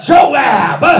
Joab